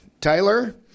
Tyler